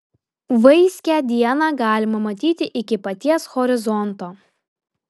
vaiskią dieną galima matyti iki paties horizonto